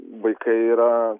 vaikai yra